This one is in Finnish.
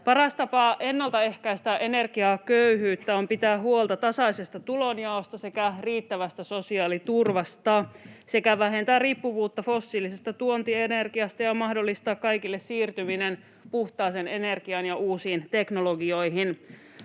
Paras tapa ennaltaehkäistä energiaköyhyyttä on pitää huolta tasaisesta tulonjaosta sekä riittävästä sosiaaliturvasta sekä vähentää riippuvuutta fossiilisesta tuontienergiasta ja mahdollistaa kaikille siirtyminen puhtaaseen energiaan ja uusiin teknologioihin.